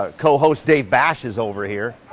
ah co-host dave bashes over here.